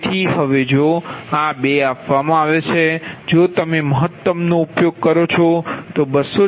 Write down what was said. તેથી હવે જો આ બે આપવામાં આવે છે જો તમે મહત્તમ નો ઉપયોગ કરો છો તો 266